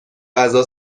غذا